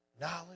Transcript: knowledge